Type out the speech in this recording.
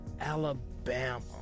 Alabama